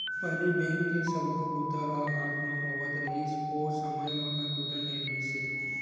पहिली बेंक के सब्बो बूता ह हाथ म होवत रिहिस, ओ समे म कम्प्यूटर नइ रिहिस हे